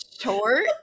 short